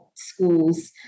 schools